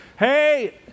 hey